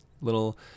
Little